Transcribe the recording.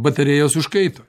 batarėjos užkaito